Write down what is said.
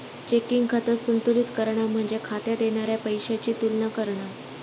checking खाता संतुलित करणा म्हणजे खात्यात येणारा पैशाची तुलना करणा